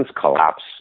collapse